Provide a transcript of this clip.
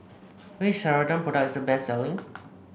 which Ceradan product is the best selling